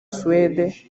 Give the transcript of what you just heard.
suède